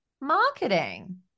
marketing